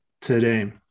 today